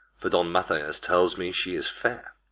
for don mathias tells me she is fair.